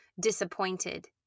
disappointed